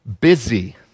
busy